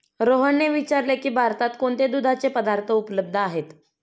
रोहनने विचारले की भारतात कोणते दुधाचे पदार्थ उपलब्ध आहेत?